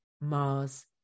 Mars